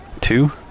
two